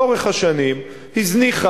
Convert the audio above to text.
לאורך השנים הזניחה